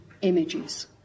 images